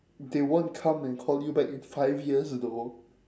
they won't come and call you back in five years though